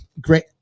great